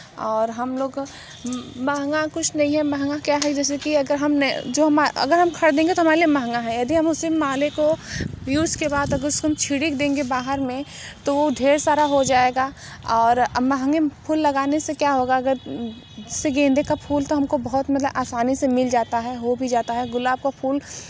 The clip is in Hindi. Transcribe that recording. और हम लोग महंगा कुछ नहीं है महंगा क्या है जैसे कि अगर हम ने जो मन अगर हम ख़रीदेंगे तो हमारे लीये महंगा है यदि हम उसी माले को यूज़ के बाद उसको छिड़क देंगे बाहर में तो ढेर सारा हो जाएगा और अब मंहगे फूल लगाने से क्या होगा अगर से गेंदे का फूल तो हम को बहुत मलब आसानी से मिल जाता है हो भी जाता है गुलाब का फूल